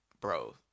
bro